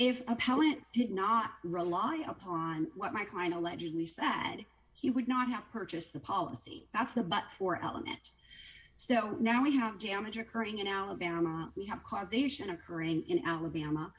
appellant did not rely upon what my client allegedly sad he would not have purchased the policy that's about four element so now we have damage occurring in alabama we have causation occurring in alabama